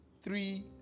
three